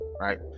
right